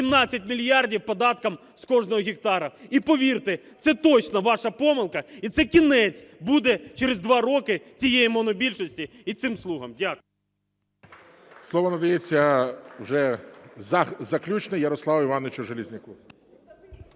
18 мільярдів, податком з кожного гектара. І повірте, це точно ваша помилка і це кінець буде через два роки цієї монобільшості і цим "слугам". Дякую.